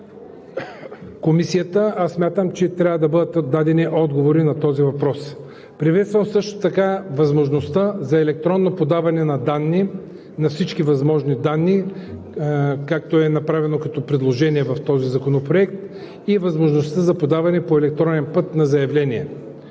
Комисията аз смятам, че трябва да бъдат дадени отговори на този въпрос. Приветствам също така възможността за електронно подаване на данни, на всички възможни данни, както е направено като предложение в този законопроект, и възможността за подаване по електронен път на заявления.